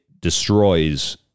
destroys